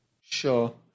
Sure